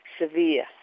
severe